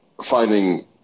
finding